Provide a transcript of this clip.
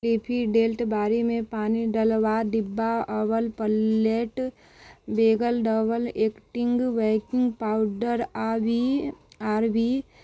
leafy डेल्ट बाड़ीमे पानि डलबा डिब्बाअबल प्लेट वेगल डबल एक्टिङ्ग बेकिङ्ग पाउडर आओर बी आर बी